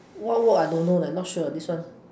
what work I don't know leh not sure this one